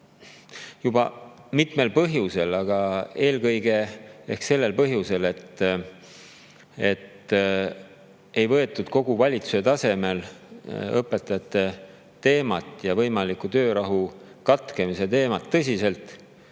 et mitmel põhjusel, aga eelkõige sellel põhjusel, et ei võetud kogu valitsuse tasemel õpetajate teemat ja võimaliku töörahu katkemise teemat tõsiselt,